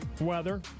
Weather